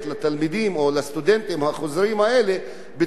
החוזרים האלה בצורה כזו שזה יהיה שווה.